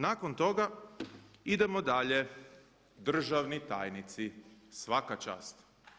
Nakon toga idemo dalje, državni tajnici, svaka čast.